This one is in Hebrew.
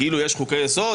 כאילו יש חוקי יסוד,